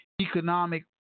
economic